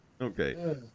Okay